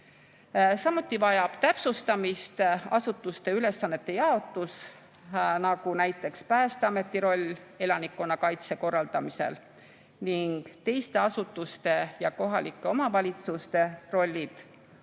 Samuti vajab täpsustamist asutuste ülesannete jaotus, nagu näiteks Päästeameti roll elanikkonnakaitse korraldamisel ning teiste asutuste ja kohalike omavalitsuste rollid,